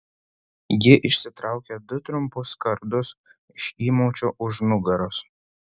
ji išsitraukė du trumpus kardus iš įmaučių už nugaros